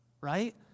right